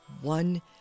One